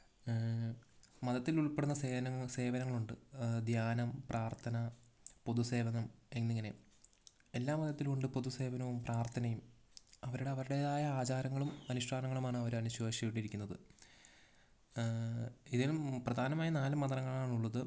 മതത്തിലുൾപ്പെടുന്ന സേനാ സേവനങ്ങളുണ്ട് ധ്യാനം പ്രാർത്ഥന പൊതുസേവനം എന്നിങ്ങനെ എല്ലാ മതത്തിലുവുണ്ട് പൊതുസേവനവും പ്രാർത്ഥനയും അവരുടെ അവരുടേതായ ആചാരങ്ങളും അനുഷ്ഠാനങ്ങളുമാണ് അവർ അനുശോചിച്ച് കൊണ്ടിരിക്കുന്നത് ഇതില് പ്രധാനമായും നാല് മതങ്ങളാണുള്ളത്